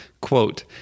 quote